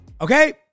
Okay